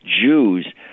Jews